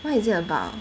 what is it about